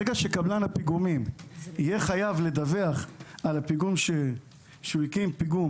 ברגע שקבלן הפיגומים יהיה חייב לדווח שהוא הקים פיגום